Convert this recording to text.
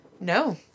no